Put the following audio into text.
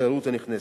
לתיירות הנכנסת.